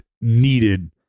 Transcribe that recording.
needed